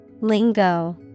Lingo